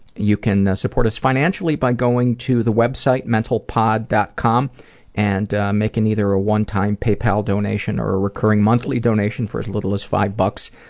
you can support us financially by going to the website mentalpod. com and making either a one-time paypal donation or a reoccurring monthly donation for as little as five bucks.